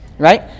Right